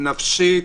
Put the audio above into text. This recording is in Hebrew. נפשית,